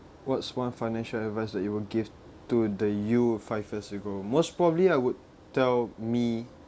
what's one financial advice that you will give to the you five years ago most probably I would tell me